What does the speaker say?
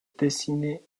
dessiné